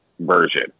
version